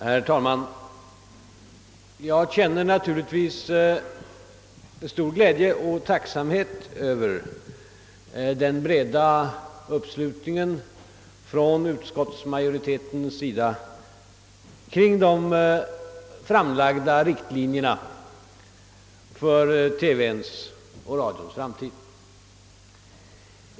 Herr talman! Jag känner naturligtvis stor glädje och tacksamhet över den breda uppslutningen från utskottsmajoritetens sida kring de framlagda riktlinjerna för TV:ns och radions framtid.